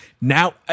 now